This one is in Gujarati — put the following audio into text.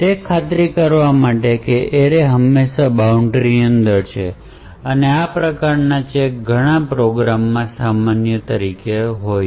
તે ખાતરી કરવા માટે કે એરે હંમેશાં બાઉન્ટ્રીની અંદર છે આ પ્રકારનાં ચેક ઘણાં પ્રોગ્રામ્સમાં સામાન્ય છે